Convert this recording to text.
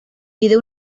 pide